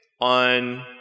on